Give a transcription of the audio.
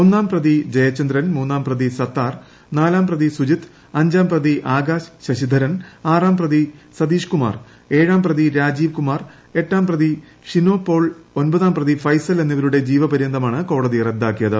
ഒന്നാം പ്രതി ജയചന്ദ്രൻ മൂന്നാം പ്രതി സത്താർ നാലാം പ്രതി സുജിത് അഞ്ചാം പ്രതി ആകാശ് ശശിധരൻ ആറാം പ്രതി സതീശ് കൂമാർ ഏഴാം പ്രതി രാജീവ് കുമാർ എട്ടാം പ്രതി ഷിനോ പോൾ ഒമ്പതാം പ്രതി ഫൈസൽ എന്നിവരുടെ ജീവപര്യന്തമാണ് കോടതി റദ്ദാക്കിയത്